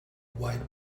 white